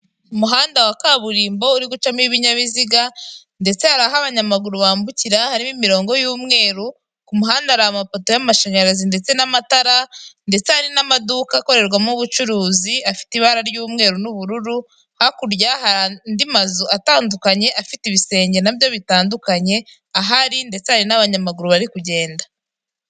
Umuhanda wa kaburimbo uri gucamo ibinyabiziga, ndetse hari aho abanyamaguru bambukira, harimo imirongo y'umweru, ku muhanda hari amapoto y'amashanyarazi ndetse n'amatara, ndetse hari n'amaduka akorerwamo ubucuruzi afite ibara ry'umweru n'ubururu, hakurya hari andi mazu atandukanye afite ibisenge nabyo bitandukanye ahari, ndetse hari n'abanyamaguru bari kugenda.